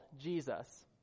Jesus